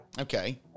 Okay